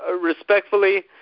respectfully